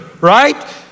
right